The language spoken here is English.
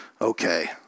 okay